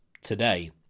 today